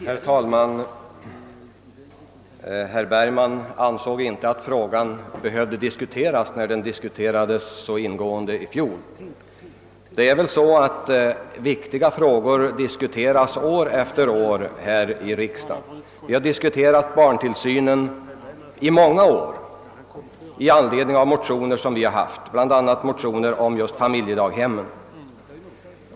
Herr talman! Herr Bergman ansåg inte att frågan behövde diskuteras nu eftersom "den diskuterades så ingående i fjol. Viktiga frågor diskuteras år efter år här i riksdagen. Vi har diskuterat barntillsynen i många år i anledning av motioner som vi har väckt bl.a. om just familjedaghemmen.